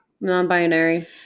Non-binary